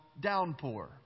downpour